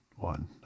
One